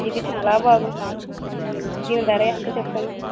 ఇది చాలా బాగున్నాయి దీని ధర ఎంత చెప్పండి